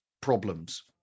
problems